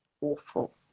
awful